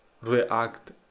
react